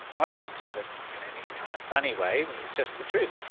i hadn't said it in any kind of funny way, it's just the truth.